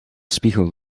spiegel